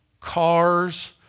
cars